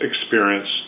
experience